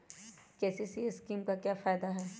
KCC scheme का फायदा क्या है?